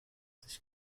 sich